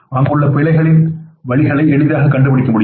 அங்குள்ள பிழைகளின் வழிகளை எளிதாக கண்டுபிடிக்க முடியும்